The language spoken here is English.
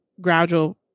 gradual